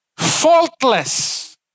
faultless